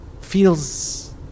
feels